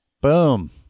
Boom